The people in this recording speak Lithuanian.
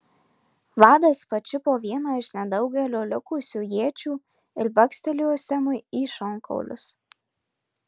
vadas pačiupo vieną iš nedaugelio likusių iečių ir bakstelėjo semui į šonkaulius